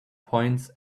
points